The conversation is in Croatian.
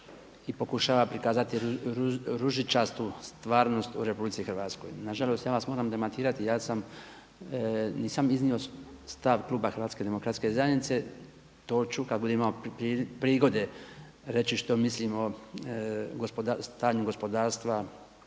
i pokušava prikazati jednu ružičastu stvarnost u RH. Na žalost ja vas moram demantirati, ja nisam iznio stav kluba Hrvatske demokratske zajednice. To ću kad budem imao prigode reći što mislim reći o stanju gospodarstva